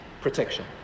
protection